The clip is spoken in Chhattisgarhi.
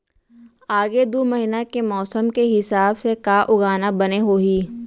आगे दू महीना के मौसम के हिसाब से का उगाना बने होही?